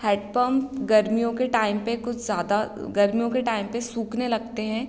handpump गर्मियों के time पे कुछ ज़्यादा गर्मियों के टाइम पे सूखने लगते हैं